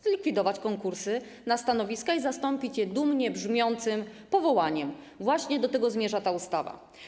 Zlikwidować konkursy na stanowiska i zastąpić je dumnie brzmiącym powołaniem - właśnie do tego zmierza ta ustawa.